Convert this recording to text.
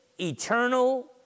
eternal